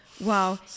Wow